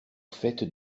faîte